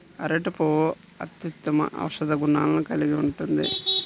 అరటి పువ్వు అత్యుత్తమ ఔషధ గుణాలను కలిగి ఉంటుంది